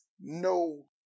no